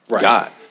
God